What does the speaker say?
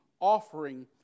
offering